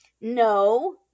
No